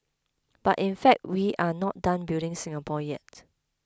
but in fact we are not done building Singapore yet